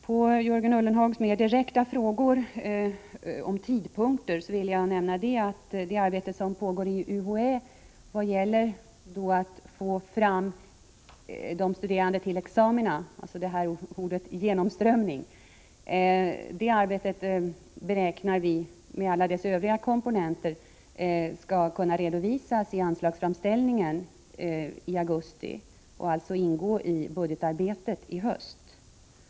På Jörgen Ullenhags mer direkta fråga om tidpunkter vill jag svara att när det gäller det arbete som pågår inom UHÄ i syfte att få fram studerande till examina — den s.k. genomströmningen — beräknar vi att det arbetet med alla dess övriga komponenter skall kunna redovisas i anslagsframställningen i augusti och alltså ingå i budgetarbetet i höst.